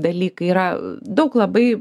dalykai yra daug labai